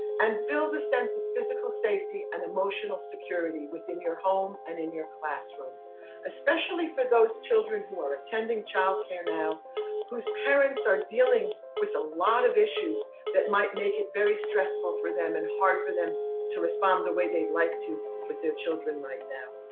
and build a sense of physical safety and emotional security within your home and in your classroom especially for those children who are attending childcare now whose parents are dealing with a lot of issues that might make it very stressful for them and hard for them to respond the way they'd like to with their children right now.